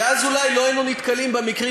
כי אז אולי לא היינו נתקלים במקרים